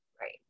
Right